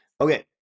Okay